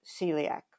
celiac